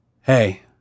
hey